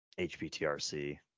HPTRC